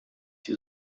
die